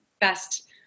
best